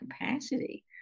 capacity